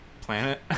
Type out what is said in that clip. planet